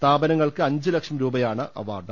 സ്ഥാപനങ്ങൾക്ക് അഞ്ച് ലക്ഷം രൂപയാണ് അവാർഡ്